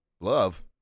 Love